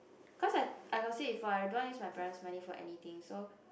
cause I I got say before I don't want use my parent's money for anything so